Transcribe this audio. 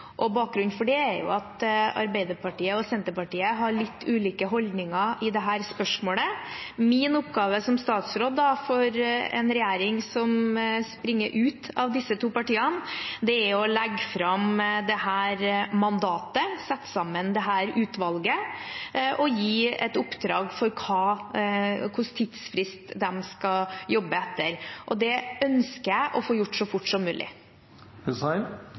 Bakgrunnen for det er at Arbeiderpartiet og Senterpartiet har litt ulike holdninger i dette spørsmålet. Min oppgave som statsråd for en regjering som springer ut av disse to partiene, er å legge fram dette mandatet, sette sammen dette utvalget og gi et oppdrag for hva slags tidsfrist de skal jobbe etter. Det ønsker jeg å få gjort så fort som